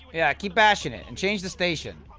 yeah, keep bashing it! and change the station!